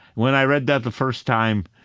when i read that the first time,